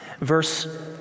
Verse